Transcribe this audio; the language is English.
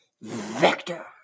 Vector